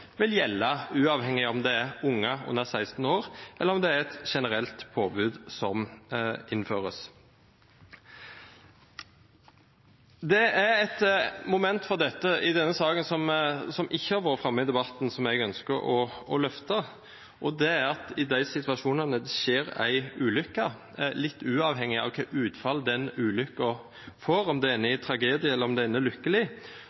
vil gjelde uavhengig av om det er unge under 16 år, eller om det er et generelt påbud som innføres. Det er et moment i denne saken som ikke har vært framme i debatten, og som jeg ønsker å løfte, og det er at i de situasjonene det skjer en ulykke – litt uavhengig av hvilket utfall den ulykken får, om det ender i tragedie, eller om det ender lykkelig – er